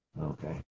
Okay